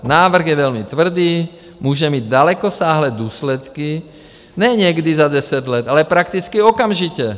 Návrh je velmi tvrdý, může mít dalekosáhlé důsledky, ne někdy za deset let, ale prakticky okamžitě.